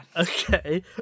Okay